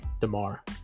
DeMar